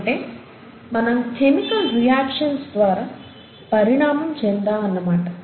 అంటే మనం chemical reactions ద్వారా పరిణామం చెందాం అన్నమాట